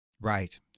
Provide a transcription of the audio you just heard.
Right